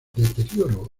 deterioro